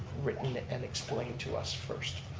written and explained to us first.